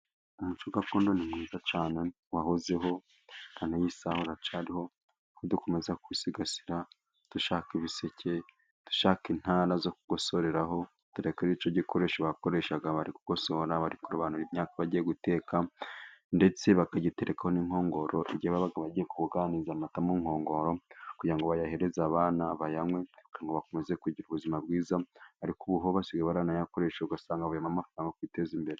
Umuco gakondo ni mwiza cyane wahozeho, naniy'isaha uracyariho, dukomeze kubisigasira dushaka ibiseke, dushake intara zo kugosoreraho, dore ko ari cyo gikoresho bakoreshaga bari gukosora barobanura imyaka bagiye guteka, ndetse bakagiterekaho n'inkongoro igihe bagiye kubuganiza amata mu nkongoro, kugira ngo bayahereze abana bayanywe ngo bakomeze kugira ubuzima bwiza, ariko ubu basigaye baranayakoresha ugasanga havuyemo amafaranga yo kwiteza imbere.